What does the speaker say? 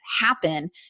happen